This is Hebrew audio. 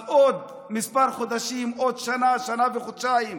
אז עוד כמה חודשים, עוד שנה, שנה וחודשיים,